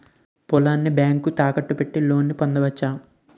పొలాన్ని బ్యాంకుకు తాకట్టు పెట్టి లోను పొందవచ్చు